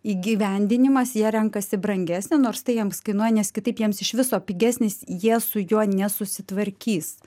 įgyvendinimas jie renkasi brangesnį nors tai jiems kainuoja nes kitaip jiems iš viso pigesnis jie su juo nesusitvarkys